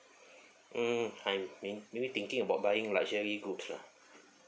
mm I'm maybe maybe thinking about buying luxury goods lah